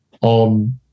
on